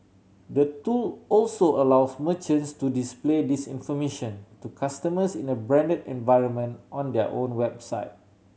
the tool also allows merchants to display this information to customers in a branded environment on their own website